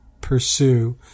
pursue